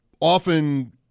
often